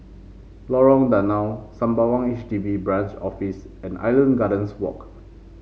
Lorong Danau Sembawang H D B Branch Office and Island Gardens Walk